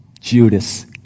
Judas